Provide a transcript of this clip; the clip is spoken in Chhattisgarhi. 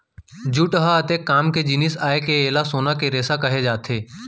जूट ह अतेक काम के जिनिस आय के एला सोना के रेसा कहे जाथे